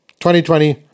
2020